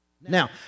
Now